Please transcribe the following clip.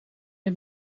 het